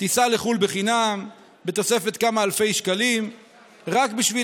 טיסה לחו"ל בחינם בתוספת כמה אלפי שקלים רק בשביל